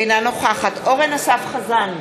אינה נוכחת אורן אסף חזן,